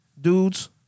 dudes